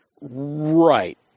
Right